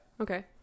Okay